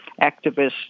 activists